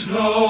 no